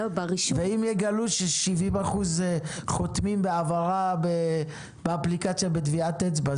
ואם יגלו ש-70% חותמים בהעברה באפליקציה בטביעת אצבע,